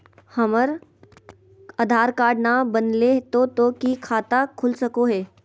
हमर आधार कार्ड न बनलै तो तो की खाता खुल सको है?